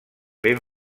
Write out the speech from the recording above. ben